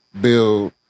build